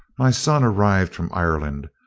my son arrived from ireland,